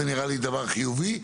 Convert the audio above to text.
לכן, זה נראה לי דבר חיובי.